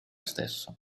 stesso